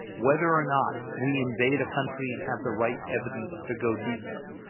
whether or not we invade a country and have the right evidence to go do so,